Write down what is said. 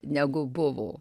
negu buvo